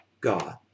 God